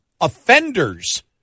offenders